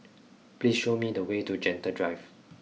please show me the way to Gentle Drive